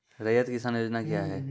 रैयत किसान योजना क्या हैं?